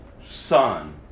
son